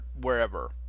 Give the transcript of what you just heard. wherever